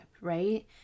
right